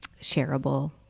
shareable